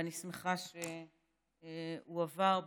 ואני שמחה שהוא עבר,